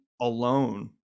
alone